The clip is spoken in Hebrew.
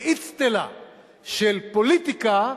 באצטלה של פוליטיקה,